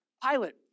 pilot